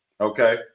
Okay